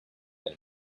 than